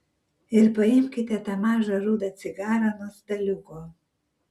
ir paimkite tą mažą rudą cigarą nuo staliuko